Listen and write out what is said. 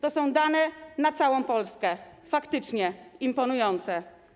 To są dane na całą Polskę - faktycznie imponujące.